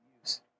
use